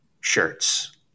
shirts